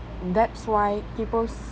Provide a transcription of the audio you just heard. that's why peoples